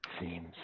Seems